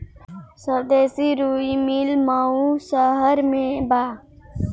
स्वदेशी रुई मिल मऊ शहर में बा